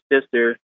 sister